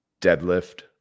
deadlift